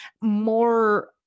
more